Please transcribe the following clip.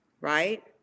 right